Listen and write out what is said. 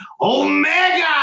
Omega